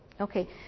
Okay